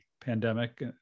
pandemic